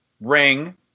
ring